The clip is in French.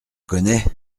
connais